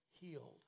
healed